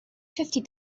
fifty